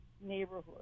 neighborhood